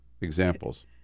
examples